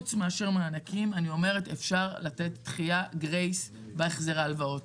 חוץ ממענקים אפשר לתת דחייה בהחזר ההלוואות,